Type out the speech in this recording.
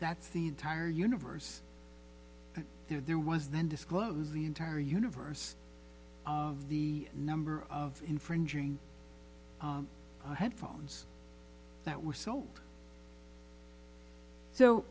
that's the entire universe there was then disclose the entire universe of the number of infringing headphones that were sold so